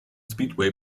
speedway